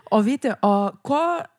o vyti o kuo